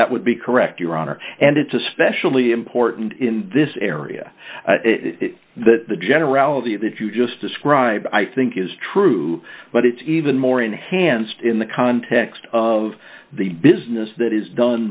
that would be correct your honor and it's especially important in this area that the generality that you just described i think is true but it's even more enhanced in the context of the business that is done